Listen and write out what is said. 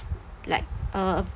like uh